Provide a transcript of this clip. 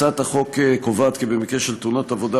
הצעת החוק קובעת כי במקרה של תאונת עבודה